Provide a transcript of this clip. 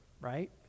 right